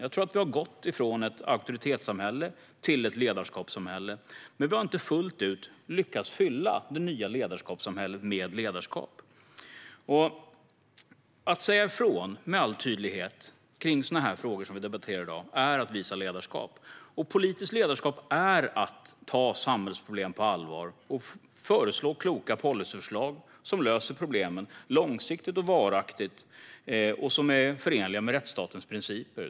Vi har gått ifrån ett auktoritetssamhälle till ett ledarskapssamhälle, men vi har inte fullt ut lyckats fylla det nya ledarskapssamhället med ledarskap. Att med all tydlighet säga ifrån i sådana frågor som vi debatterar i dag är att visa ledarskap. Politiskt ledarskap är att ta samhällsproblem på allvar och föreslå kloka policyförslag som löser problemen långsiktigt och varaktigt och som är förenliga med rättsstatens principer.